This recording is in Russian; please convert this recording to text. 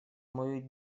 мою